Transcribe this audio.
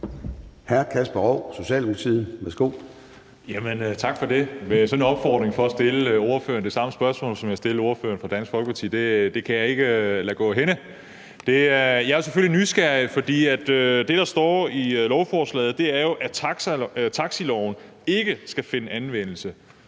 Hr. Kasper Roug, Socialdemokratiet. Værsgo. Kl. 10:26 Kasper Roug (S): Tak for det. Sådan en opfordring til at stille ordføreren det samme spørgsmål, som jeg stillede ordføreren for Dansk Folkeparti, kan jeg ikke lade gå mig af hænde. Jeg er selvfølgelig nysgerrig, for det, der står i lovforslaget, er jo, at taxiloven ikke skal finde anvendelse